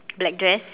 black dress